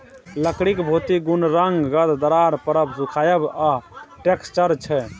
लकड़ीक भौतिक गुण रंग, गंध, दरार परब, सुखाएब आ टैक्सचर छै